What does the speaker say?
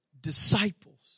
disciples